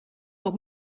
what